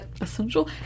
essential